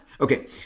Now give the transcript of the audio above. Okay